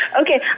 okay